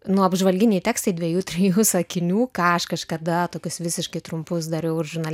nu apžvalginiai tekstai dviejų trijų sakinių ką aš kažkada tokius visiškai trumpus dariau ir žurnale